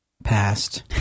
Past